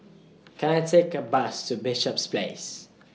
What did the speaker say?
Can I Take A Bus to Bishops Place